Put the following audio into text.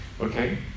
Okay